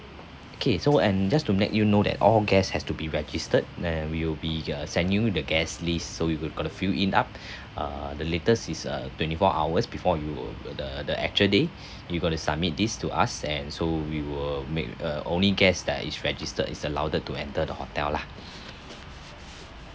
okay so and just to let you know that all guests has to be registered and we will be uh send you the guest list so you go~ got to fill in up err the latest is uh twenty four hours before you the the actual day you got to submit this to us and so we will make uh only guest that is registered is allowed to enter the hotel lah